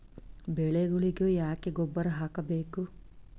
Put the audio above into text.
ಬೆಳಿಗೊಳಿಗಿ ಯಾಕ ಗೊಬ್ಬರ ಹಾಕಬೇಕು?